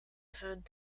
turned